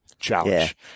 challenge